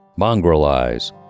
mongrelize